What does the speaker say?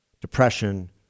depression